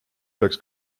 peaks